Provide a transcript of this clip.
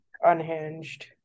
Unhinged